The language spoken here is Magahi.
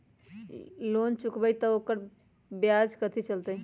लोन चुकबई त ओकर ब्याज कथि चलतई?